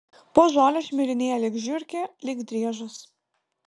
po žolę šmirinėja lyg žiurkė lyg driežas